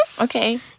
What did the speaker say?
Okay